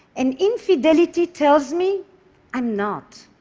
and infidelity tells me i'm not.